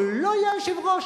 או לא יהיה היושב-ראש,